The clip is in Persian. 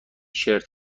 شرت